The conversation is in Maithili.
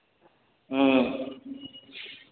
ह्म्म